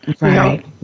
Right